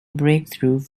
breakthrough